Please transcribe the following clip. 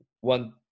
One –